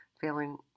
feeling